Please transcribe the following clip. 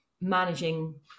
managing